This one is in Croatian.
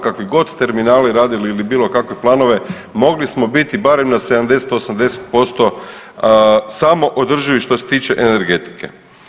Kakvi god terminali radili ili bilo kakve planove mogli smo biti barem na 70, 80% samoodrživi što se tiče energetike.